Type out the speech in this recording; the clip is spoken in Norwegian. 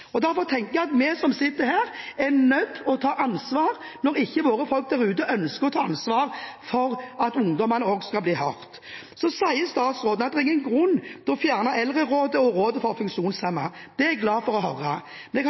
Derfor tenker jeg at vi som sitter her, er nødt til å ta ansvar når ikke våre folk der ute ønsker å ta ansvar for at ungdommen også skal bli hørt. Så sier statsråden at det er ingen grunn til å fjerne eldrerådet og rådet for funksjonshemmede. Det er jeg glad for å høre.